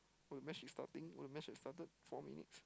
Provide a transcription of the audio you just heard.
oh the match is starting oh the match has started four minutes